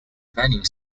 venue